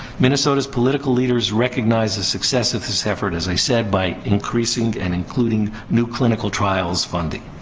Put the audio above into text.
minnesota's political leaders recognized the success of this effort, as i said, by increasing and including new clinical trials funding.